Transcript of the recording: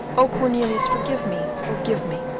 o cornelius, forgive me, forgive me,